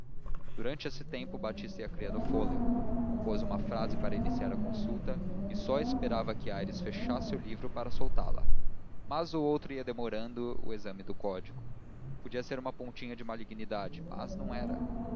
durante esse tempo batista ia criando fôlego compôs uma frase para iniciar a consulta e só esperava que aires fechasse o livro para soltá la mas o outro ia demorando o exame do código podia ser uma pontinha de malignidade mas não era